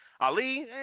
Ali